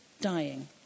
dying